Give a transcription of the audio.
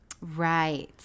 Right